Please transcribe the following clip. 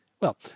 Well